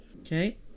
Okay